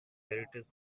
heritage